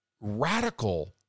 radical